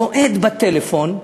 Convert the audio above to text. רועד בטלפון,